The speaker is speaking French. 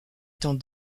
temps